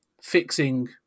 fixing